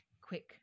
quick